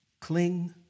Cling